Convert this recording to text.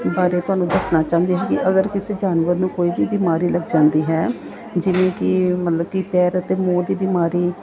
ਬਾਰੇ ਤੁਹਾਨੂੰ ਦੱਸਣਾ ਚਾਹੁੰਦੀ ਹਾਂ ਕਿ ਅਗਰ ਕਿਸੇ ਜਾਨਵਰ ਨੂੰ ਕੋਈ ਵੀ ਬਿਮਾਰੀ ਲੱਗ ਜਾਂਦੀ ਹੈ ਜਿਵੇਂ ਕਿ ਮਤਲਬ ਕਿ ਪੈਰ ਅਤੇ ਮੂੰਹ ਦੀ ਬਿਮਾਰੀ